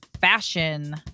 fashion